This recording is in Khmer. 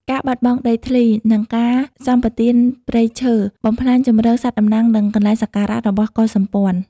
ការបាត់បង់ដីធ្លី និងការសម្បទានព្រៃឈើ បំផ្លាញជម្រកសត្វតំណាង និងកន្លែងសក្ការៈរបស់កុលសម្ព័ន្ធ។